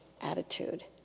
attitude